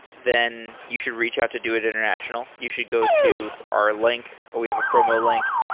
then you should reach out to doit international. you should go to our link. we have a promo link.